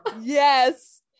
Yes